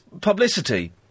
publicity